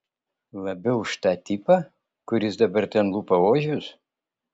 labiau už tą tipą kuris dabar ten lupa ožius